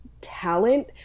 talent